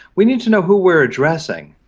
we need to know who we're addressing,